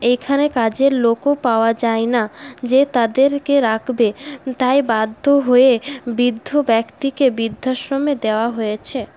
এখানে কাজের লোকও পাওয়া যায় না যে তাদেরকে রাখবে তাই বাধ্য হয়ে বৃদ্ধ ব্যক্তিকে বৃদ্ধাশ্রমে দেওয়া হয়েছে